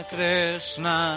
Krishna